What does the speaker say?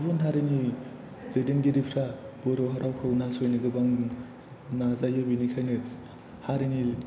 गुबुन हारिनि दैदेनगिरिफ्रा बर' रावखौ नासयनो गोबां नाजायो बेनिखायनो हारिनि